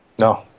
No